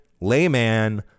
layman